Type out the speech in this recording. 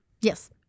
Yes